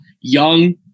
young